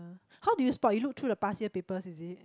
how do you spot you looked through the past year paper is it